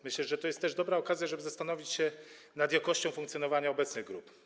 Myślę, że to jest też dobra okazja, żeby zastanowić się nad jakością funkcjonowania obecnych grup.